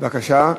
בבקשה.